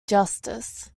justice